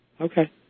Okay